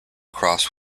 cross